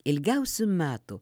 ilgiausių metų